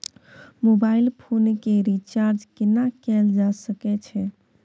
Mobile phone के recharge केना कैल जा सकै छै?